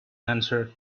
answered